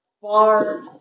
far